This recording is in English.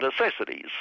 necessities